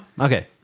Okay